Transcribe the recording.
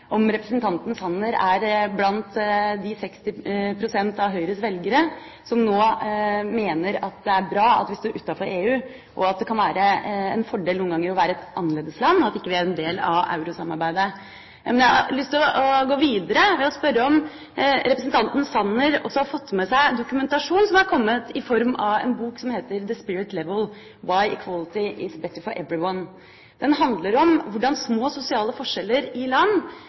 om representanten Sanner er blant de 60 pst. av Høyres velgere som nå mener det er bra at vi står utenfor EU – at det noen ganger kan være en fordel å være et annerledesland – og at vi ikke er en del av eurosamarbeidet? Men jeg har lyst til å gå videre ved å spørre om representanten Sanner også har fått med seg dokumentasjon som er kommet, i form av en bok som heter «The Spirit Level: Why Equality is Better for Everyone». Den handler om hvordan små sosiale forskjeller i land